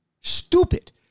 stupid